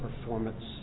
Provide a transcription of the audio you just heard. performance